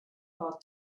for